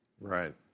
Right